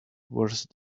worst